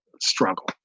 struggle